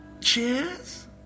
Cheers